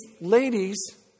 ladies